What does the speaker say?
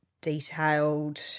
detailed